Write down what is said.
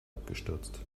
abgestürzt